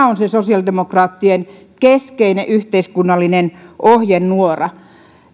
on se sosiaalidemokraattien keskeinen yhteiskunnallinen ohjenuora